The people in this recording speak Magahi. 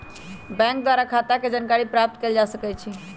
बैंक द्वारा खता के जानकारी प्राप्त कएल जा सकइ छइ